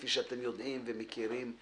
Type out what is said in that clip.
כפי שאתם יודעים ומכירים,